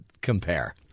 compare